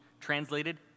translated